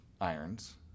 Irons